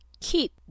keep